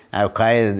ah okay?